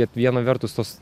kad viena vertus tos